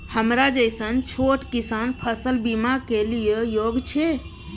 हमरा जैसन छोट किसान फसल बीमा के लिए योग्य छै?